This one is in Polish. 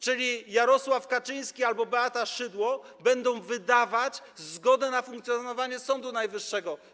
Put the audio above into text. Czyli Jarosław Kaczyński albo Beata Szydło będą wydawać zgodę na funkcjonowanie Sądu Najwyższego.